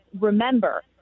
remember